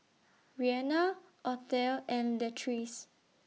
Rianna Othel and Latrice